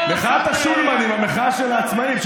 המחאה של העצמאים,